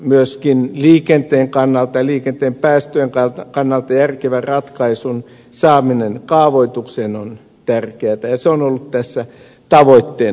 myöskin liikenteen kannalta ja liikenteen päästöjen kannalta järkevän ratkaisun saaminen kaavoitukseen on tärkeätä ja se on ollut tässä tavoitteena